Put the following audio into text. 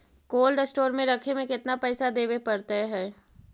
Cold store में रखे में केतना पैसा देवे पड़तै है?